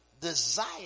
Desire